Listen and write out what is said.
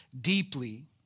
deeply